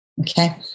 okay